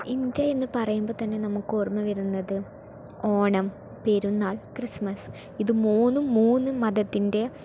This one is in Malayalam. ഇന്ത്യ എന്ന് പറയുമ്പോൾത്തന്നെ നമുക്ക് ഓർമ വരുന്നത് ഓണം പെരുന്നാൾ ക്രിസ്മസ് ഇത് മൂന്നും മൂന്ന് മതത്തിൻ്റെ